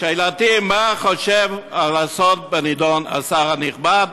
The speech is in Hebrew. שאלתי היא: מה חושב לעשות בנדון השר הנכבד?